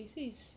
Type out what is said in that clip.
they say is